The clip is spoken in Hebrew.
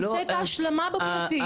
הוא עושה את ההשלמה בפרטי,